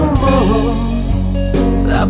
more